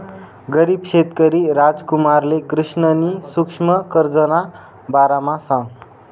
गरीब शेतकरी रामकुमारले कृष्णनी सुक्ष्म कर्जना बारामा सांगं